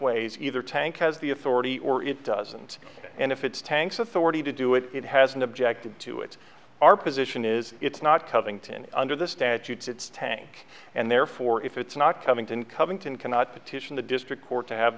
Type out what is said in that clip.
ways either tank has the authority or it doesn't and if it's tanks authority to do it it hasn't objected to it our position is it's not covington under the statutes it's tank and therefore if it's not coming to in covington cannot petition the district court to have